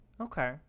Okay